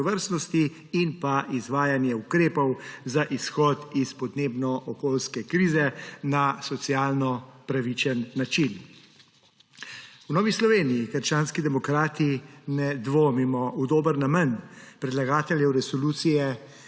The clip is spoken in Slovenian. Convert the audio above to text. raznovrstnosti in izvajanje ukrepov za izhod iz podnebno-okoljske krize na socialno pravičen način. V Novi Sloveniji – krščanskih demokratih ne dvomimo v dober namen predlagateljev resolucije,